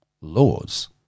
Laws